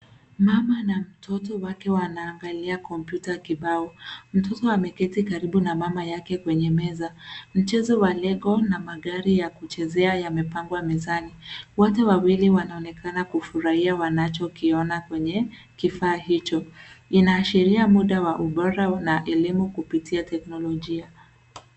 Mama na mtoto wake wanaangalia [computer] kibao. Mtoto ameketi karibu na mama yake kwenye meza, mchezo wa lego na magari ya kuchezea yamepangwa mezani, wote wawili wanaonekana kufurahia wanacho kiona kwenye kifaa hicho. Inaashiria muda wa ubora na elimu kupitia teknolojia.